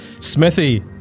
Smithy